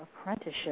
apprenticeship